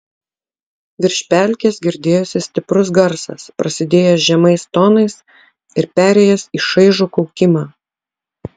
virš pelkės girdėjosi stiprus garsas prasidėjęs žemais tonais ir perėjęs į šaižų kaukimą